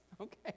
Okay